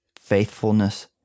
faithfulness